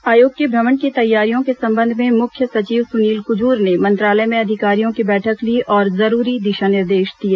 आयोग के भ्रमण की तैयारियों के संबंध में मुख्य सचिव सुनील कुजूर ने मंत्रालय में अधिकारियों की बैठक ली और जरूरी दिशा निर्देश दिए